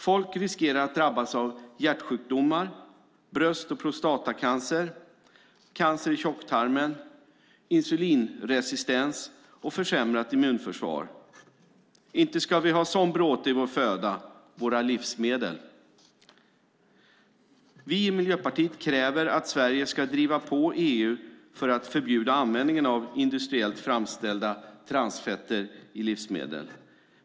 Folk riskerar att drabbas av hjärtsjukdomar, bröst och prostatacancer, cancer i tjocktarmen, insulinresistens och försämrat immunförsvar. Inte ska vi ha sådan bråte i vår föda, våra livsmedel! Vi i Miljöpartiet kräver att Sverige ska driva på EU för att förbjuda användningen av industriellt framställda transfetter i livsmedel.